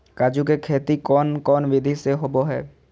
काजू के खेती कौन कौन विधि से होबो हय?